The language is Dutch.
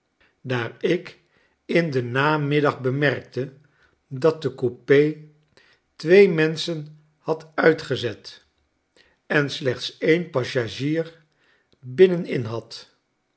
daar ik in den namiddag bemerkte dat de c o u p e twee menschen had uitgezet en slechts een passagier binnenin had